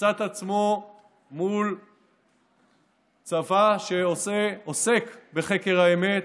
ימצא את עצמו מול צבא שעוסק בחקר האמת